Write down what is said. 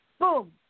Boom